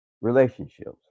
relationships